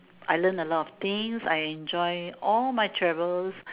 I learn a lot of things I enjoy all my travels